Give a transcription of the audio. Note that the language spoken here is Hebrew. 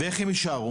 איך הם יישארו?